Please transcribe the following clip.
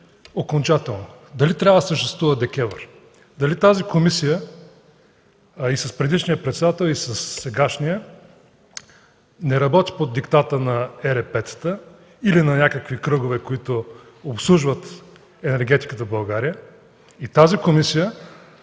окончателно – дали трябва да съществува ДКЕВР, дали тази комисия и с предишния председател, и със сегашния, не работи под диктата на ЕРП-тата или на някакви кръгове, които обслужват енергетиката в България? Тази комисия,